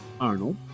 Arnold